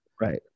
Right